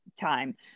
time